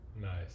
Nice